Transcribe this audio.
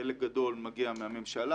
חלק גדול מגיע מהממשלה.